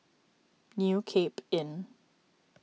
New Cape Inn